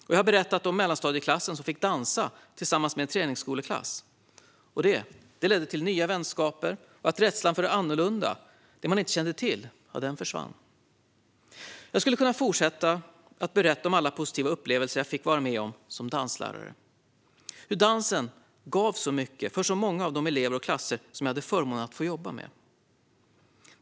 Och jag har berättat om mellanstadieklassen som fick dansa tillsammans med en träningsskoleklass. Det ledde till nya vänskaper och till att rädslan för det annorlunda, det man inte kände till, försvann. Jag skulle kunna fortsätta att berätta om alla positiva upplevelser jag fick vara med om som danslärare och om hur dansen gav så mycket för många av de elever och klasser som jag hade förmånen att få jobba med.